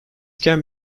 can